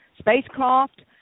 spacecraft